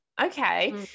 Okay